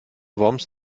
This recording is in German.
worms